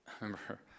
remember